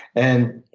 and